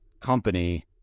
company